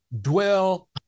dwell